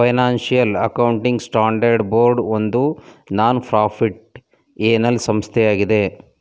financial accounting standard board ಒಂದು non ಪ್ರಾಫಿಟ್ಏನಲ್ ಸಂಸ್ಥೆಯಾಗಿದೆ